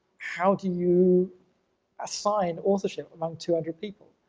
how do you assign authorship among two hundred people?